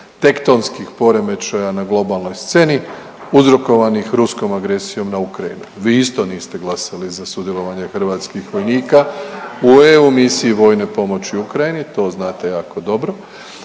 tektonskih poremećaja na globalnoj sceni uzrokovanih ruskom agresijom na Ukrajinu. Vi isto niste glasali za sudjelovanje hrvatskih vojnika u EU misiji vojne pomoći Ukrajini, to znate jako dobro.